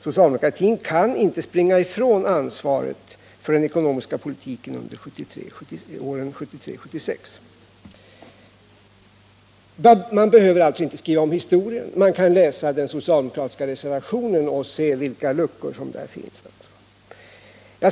Socialdemokratin kan inte springa ifrån sitt ansvar för den ekonomiska politiken under åren 1973 till 1976. Man behöver alltså inte skriva om historien, utan man kan bara läsa den socialdemokratiska reservationen och se vilka luckor som där finns.